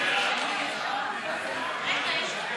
הצעת ועדת הכספים בדבר פיצול הצעת חוק לתיקון פקודת מס הכנסה (מס'